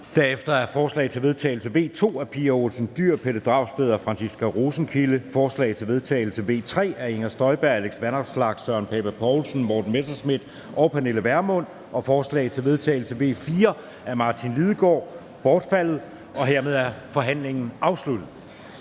Derefter er forslag til vedtagelse nr. V 2 af Pia Olsen Dyhr (SF), Pelle Dragsted (EL) og Franciska Rosenkilde (ALT), forslag til vedtagelse nr. V 3 af Inger Støjberg (DD), Alex Vanopslagh (LA), Søren Pape Poulsen (KF), Morten Messerschmidt (DF) og Pernille Vermund (NB) og forslag til vedtagelse nr. V 4 af Martin Lidegaard (RV) bortfaldet. Hermed er forhandlingen afsluttet.